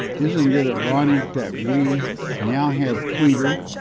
isn't it ironic that we now have twitter,